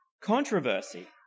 controversy